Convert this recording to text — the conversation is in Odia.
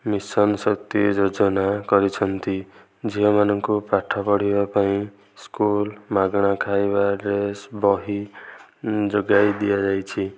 ମିଶନ ଶକ୍ତି ଯୋଜନା କରିଛନ୍ତି ଝିଅ ମାନଙ୍କୁ ପାଠ ପଢ଼ିବା ପାଇଁ ସ୍କୁଲ ମାଗଣା ଖାଇବା ଡ୍ରେସ ବହି ଯୋଗାଇ ଦିଆଯାଇଛି